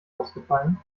ausfallen